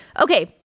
Okay